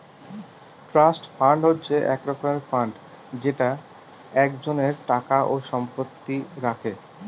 trust fund হচ্ছে এক রকমের ফান্ড যেটা একজনের টাকা ও সম্পত্তি রাখে